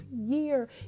year